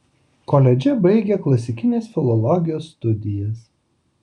koledže baigė klasikinės filologijos studijas